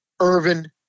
Irvin